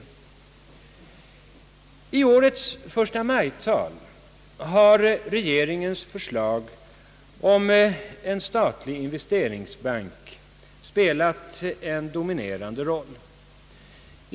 I årets förstamajtal har regeringens förslag om en statlig investeringsbank spelat en dominerande roll.